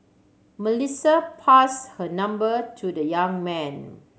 Melissa pass her number to the young man